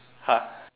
!huh!